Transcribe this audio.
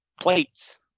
Plates